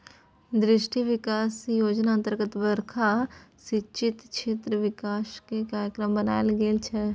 राष्ट्रीय कृषि बिकास योजना अतर्गत बरखा सिंचित क्षेत्रक बिकासक कार्यक्रम बनाएल गेल छै